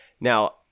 Now